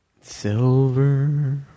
Silver